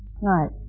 right